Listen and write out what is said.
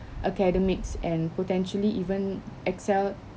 academics and potentially even excel